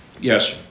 yes